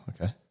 okay